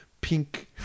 Pink